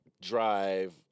drive